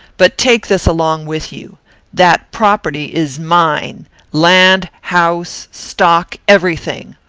but take this along with you that property is mine land, house, stock, every thing.